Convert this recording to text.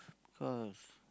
cause